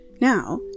Now